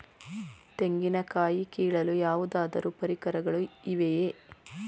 ತೆಂಗಿನ ಕಾಯಿ ಕೀಳಲು ಯಾವುದಾದರು ಪರಿಕರಗಳು ಇವೆಯೇ?